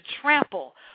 trample